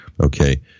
Okay